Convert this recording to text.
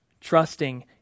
trusting